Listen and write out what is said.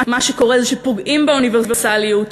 מה שקורה זה שפוגעים באוניברסליות.